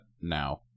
now